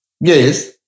Yes